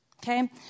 Okay